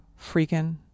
freaking